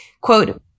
quote